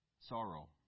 sorrow